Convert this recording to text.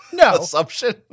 assumption